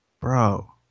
Bro